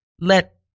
Let